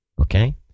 Okay